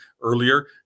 earlier